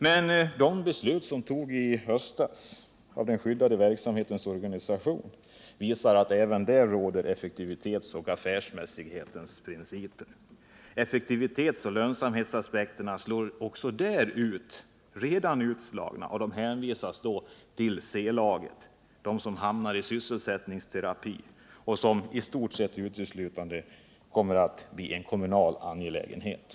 Men det beslut som togs i höstas om den skyddade verksamhetens organisation visar att även där råder effektivitetsoch affärsmässighetsprinciper. Effektivitetsoch lönsamhetsaspekterna slår också där ut redan utslagna, C-laget, de som hänvisas till sysselsättningsterapi, något som så gott som uteslutande kommer att bli en kommunal angelägenhet.